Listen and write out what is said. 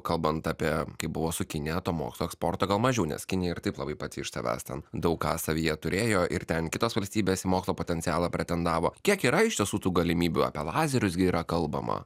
kalbant apie kai buvo su kinija mokslo eksporto gal mažiau nes kinija ir taip labai pati iš savęs ten daug ką savyje turėjo ir ten kitos valstybės į mokslo potencialą pretendavo kiek yra iš tiesų tų galimybių apie lazerius gi yra kalbama